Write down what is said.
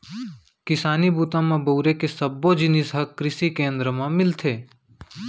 किसानी बूता म बउरे के सब्बो जिनिस ह कृसि केंद्र म मिलथे